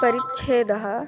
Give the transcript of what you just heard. परिच्छेदः